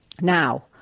Now